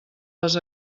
les